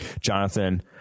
Jonathan